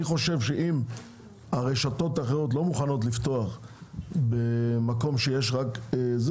אני חושב שאם הרשתות האחרות לא מוכנות לפתוח במקום שיש רק את זה,